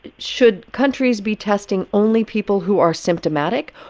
should countries be testing only people who are symptomatic?